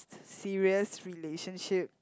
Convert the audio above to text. serious relationship